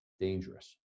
Dangerous